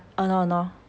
!hannor! !hannor!